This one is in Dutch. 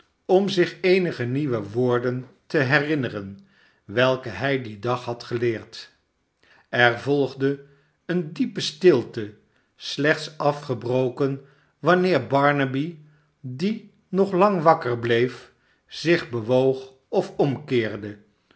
om zich eenige nieuwe woorden te herinneren welke hij dien dag had geleerd er volgde eene diepe stilt e slechts afgebroken wanneer barnaby die nog lang wakker bleef zich bewoog of omkeerde